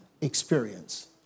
experience